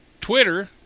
Twitter